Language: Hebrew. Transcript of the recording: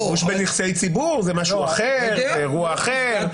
שימוש בנכסי ציבור זה משהו אחר, אירוע אחר.